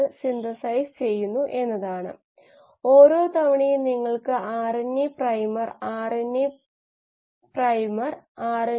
metabolic flux വിശകലനത്തിലൂടെ ഈ 15 ശതമാനം 3 മടങ്ങ് കൂട്ടി 50 ശതമാനത്തിലേക്ക് ഉയർത്തി